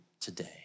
today